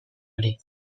hori